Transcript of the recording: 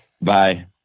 Bye